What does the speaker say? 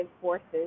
forces